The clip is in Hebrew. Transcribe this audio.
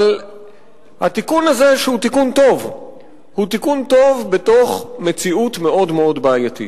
אבל התיקון הזה הוא תיקון טוב בתוך מציאות מאוד בעייתית.